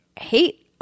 hate